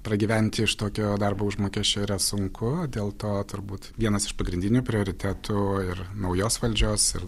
pragyventi iš tokio darbo užmokesčio yra sunku dėl to turbūt vienas iš pagrindinių prioritetų ir naujos valdžios ir